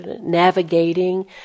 navigating